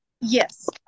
Yes